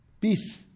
peace